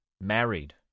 Married